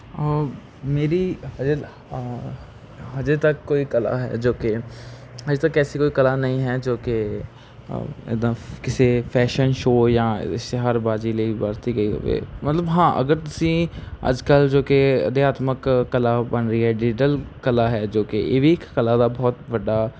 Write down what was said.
ਮੇਰੀ ਹ ਹਜੇ ਤੱਕ ਕੋਈ ਕਲਾ ਹੈ ਜੋ ਕਿ ਹਜੇ ਤੱਕ ਐਸੀ ਕੋਈ ਕਲਾ ਨਹੀਂ ਹੈ ਜੋ ਕਿ ਇੱਦਾਂ ਕਿਸੇ ਫੈਸ਼ਨ ਸ਼ੋਅ ਜਾਂ ਇਸ਼ਤਿਹਾਰਬਾਜੀ ਲਈ ਵਰਤੀ ਗਈ ਹੋਵੇ ਮਤਲਬ ਹਾਂ ਅਗਰ ਤੁਸੀਂ ਅੱਜ ਕੱਲ੍ਹ ਜੋ ਕਿ ਅਧਿਆਤਮਕ ਕਲਾ ਬਣ ਰਹੀ ਹੈ ਰੀਡਲ ਕਲਾ ਹੈ ਜੋ ਕਿ ਇਹ ਵੀ ਇੱਕ ਕਲਾ ਦਾ ਬਹੁਤ ਵੱਡਾ